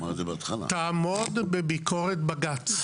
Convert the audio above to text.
תעמוד בביקורת בג"ץ.